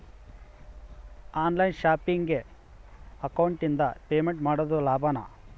On line ಶಾಪಿಂಗಿಗೆ ಅಕೌಂಟಿಂದ payment ಮಾಡೋದು ಲಾಭಾನ?